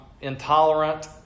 intolerant